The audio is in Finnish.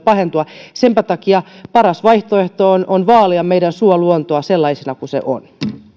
pahentua senpä takia paras vaihtoehto on on vaalia meidän suoluontoa sellaisena kuin se on